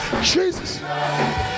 Jesus